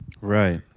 Right